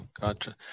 Gotcha